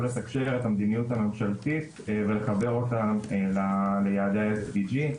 לתקשר את המדיניות הממשלתית ולחבר אותה ליעדי ה-SDG.